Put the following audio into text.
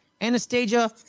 Anastasia